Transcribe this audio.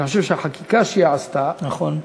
אני חושב שהחקיקה שהיא עשתה, נכון.